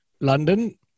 London